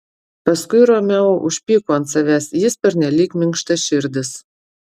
paskui romeo užpyko ant savęs jis pernelyg minkštaširdis